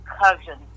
cousin